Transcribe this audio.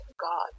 God